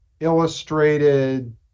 illustrated